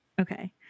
Okay